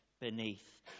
beneath